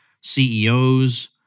CEOs